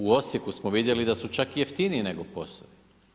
U Osijeku smo vidjeli da su čak i jeftiniji nego POS-ovi.